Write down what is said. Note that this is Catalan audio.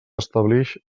establix